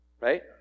Right